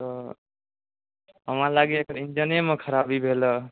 तऽ हमरा लागैए एकर इञ्जनेमे खराबी भेल हँ